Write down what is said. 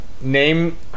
name